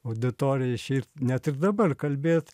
auditoriją išeit net ir dabar kalbėt